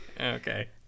Okay